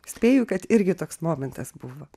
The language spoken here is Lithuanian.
spėju kad irgi toks momentas buvo